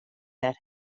that